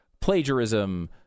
plagiarism